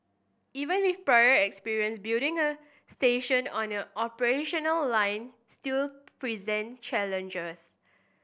even with prior experience building a station on an operational line still present challenges